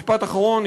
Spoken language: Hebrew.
משפט אחרון,